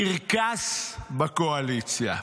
קרקס בקואליציה.